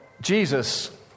Jesus